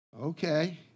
Okay